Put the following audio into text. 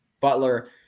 Butler